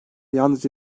yalnızca